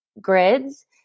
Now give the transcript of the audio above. grids